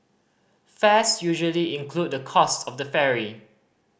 fares usually include the cost of the ferry